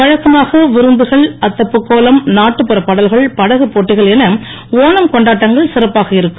வழக்கமாக விருந்துகள் அத்தப்பூ கோலம் நாட்டுப்புற பாடல்கள் படகுப் போட்டிகள் என ஓணம் கொண்டாட்டங்கள் சிறப்பாக இருக்கும்